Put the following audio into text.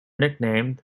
nicknamed